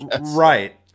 right